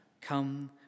come